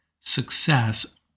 success